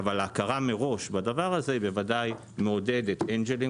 אבל ההכרה מראש בדבר הזה בוודאי מעודדים אנג'לים,